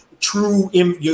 true